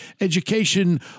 education